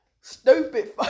Stupid